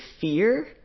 fear